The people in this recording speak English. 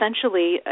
essentially